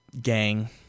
gang